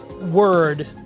word